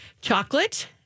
Chocolate